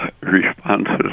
responses